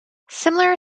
similar